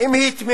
אם היא תמימה,